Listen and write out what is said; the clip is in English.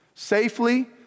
Safely